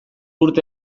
urte